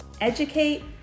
Educate